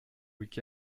week